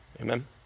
Amen